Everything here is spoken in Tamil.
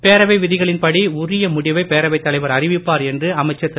பேரவை விதிகளின் படி உரிய முடிவை பேரவைத் தலைவர் அறிவிப்பார் என்று அமைச்சர் திரு